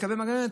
שיקבל מהגננת.